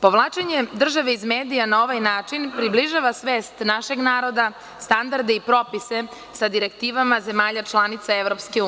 Povlačenje države iz medija na ovaj način približava svest našeg naroda, standarda i propisa sa direktivama zemalja članica EU.